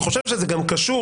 בלי שום קשר,